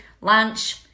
lunch